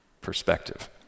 Perspective